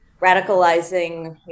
radicalizing